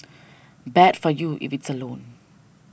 bad for you if it's a loan